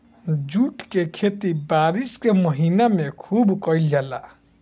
jute के खेती बारिश के महीना में खुब कईल जाला